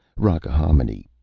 rockahominy,